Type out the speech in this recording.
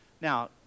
now